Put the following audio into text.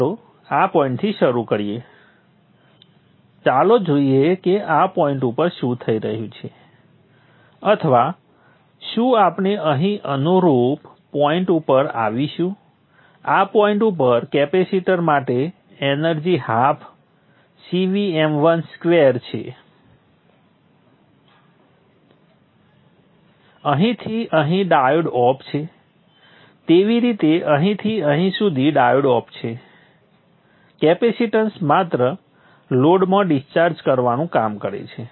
ચાલો આ પોઈન્ટથી શરૂ કરીએ ચાલો જોઈએ કે આ પોઈન્ટ ઉપર શું થઈ રહ્યું છે અથવા શું આપણે અહીં અનુરૂપ પોઈન્ટ ઉપર આવીશું આ પોઈન્ટ ઉપર કેપેસિટર પાસે એનર્જી હાફ CVm1 સ્ક્વેર છે અને અહીંથી અહીં ડાયોડ ઓફ છે તેવી જ રીતે અહીંથી અહીં સુધી ડાયોડ ઓફ છે કેપેસીટન્સ માત્ર લોડમાં ડિસ્ચાર્જ કરવાનું કામ કરે છે